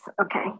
Okay